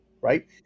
right